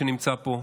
שנמצא פה,